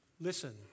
listen